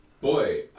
boy